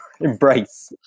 embrace